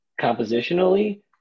compositionally